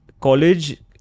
college